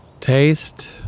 Taste